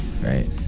Right